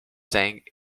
sang